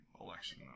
election